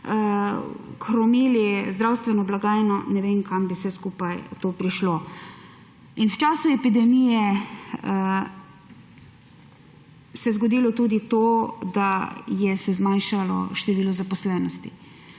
hromili zdravstveno blagajno, ne vem, kam bi vse skupaj to prišlo. V času epidemije se je zgodilo tudi to, da se je zmanjšalo število zaposlenih.